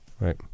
Right